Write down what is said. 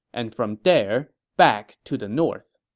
and from there, back to the north.